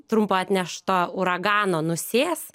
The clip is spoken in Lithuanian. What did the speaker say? trumpo atnešto uragano nusės